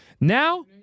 Now